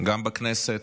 גם בכנסת,